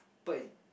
but